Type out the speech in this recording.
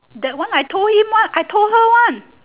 that one I told him one I told her one